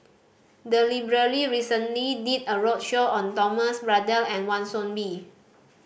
the library recently did a roadshow on Thomas Braddell and Wan Soon Bee